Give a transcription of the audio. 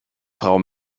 frau